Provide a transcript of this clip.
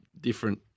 different